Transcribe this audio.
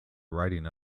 riding